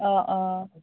অঁ অঁ